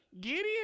Gideon